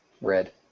red